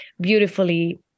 beautifully